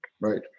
Right